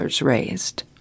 raised